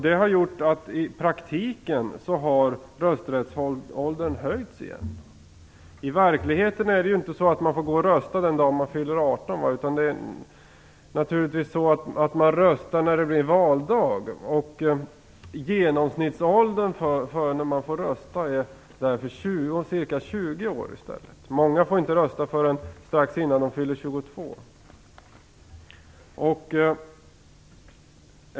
Det har gjort att rösträttsåldern i praktiken har höjts igen. I verkligheten får man ju inte gå och rösta den dag man fyller 18 år, utan man röstar när det blir valdag. Genomsnittsåldern för den som röstar är därför ca 20 år i stället. Många får inte rösta förrän strax innan de fyller 22 år.